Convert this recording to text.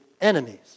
enemies